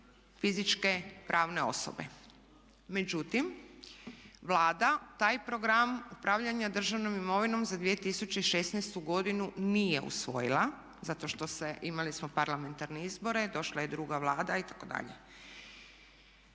fizičke, pravne osobe. Međutim, Vlada taj program upravljanja državnom imovinom za 2016. godinu nije usvojila, zato što se, imali smo parlamentarne izbore, došla je druga Vlada itd..